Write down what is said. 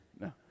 no